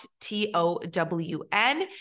T-O-W-N